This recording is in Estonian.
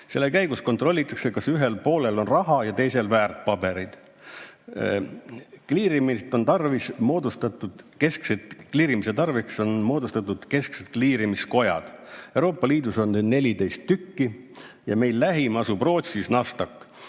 Selle käigus kontrollitakse, kas ühel poolel on raha ja teisel poolel väärtpabereid. Kliirimise tarbeks on moodustatud kesksed kliirimiskojad. Euroopa Liidus on neid 14 tükki. Meile lähim asub Rootsis – Nasdaq.